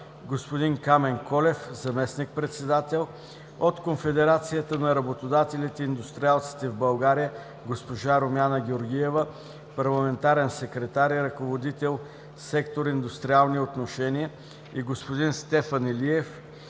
господин Камен Колев – заместник-председател; от Конфедерацията на работодателите и индустриалците в България – госпожа Румяна Георгиева – парламентарен секретар и ръководител сектор „Индустриални отношения”, и господин Стефан Илиев